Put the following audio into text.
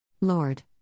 Lord